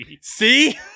See